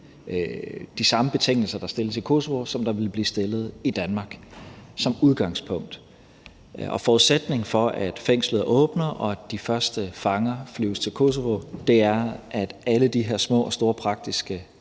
de samme betingelser, der stilles i Kosovo, som der ville blive stillet i Danmark – som udgangspunkt. Forudsætningen for, at fængslet åbner, og at de første fanger flyves til Kosovo, er, at alle de her små og store praktiske